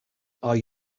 are